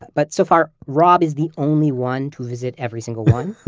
but so far, rob is the only one to visit every single one.